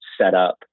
setup